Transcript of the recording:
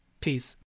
Peace